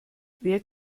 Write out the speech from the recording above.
wer